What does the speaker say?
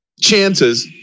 chances